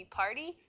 party